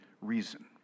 reason